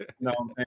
No